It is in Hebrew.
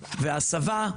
וההסבה,